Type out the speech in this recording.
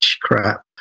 Crap